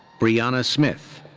brienna smith.